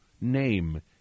name